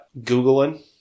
Googling